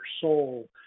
soul